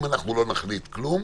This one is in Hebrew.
אם אנחנו לא נחליט כלום,